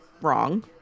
wrong